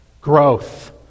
Growth